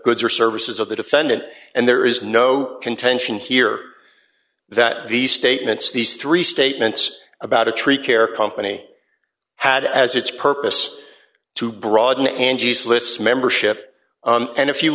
goods or services of the defendant and there is no contention here that these statements these three statements about a tree care company had as its purpose to broaden angie's list membership and if you